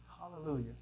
Hallelujah